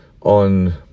on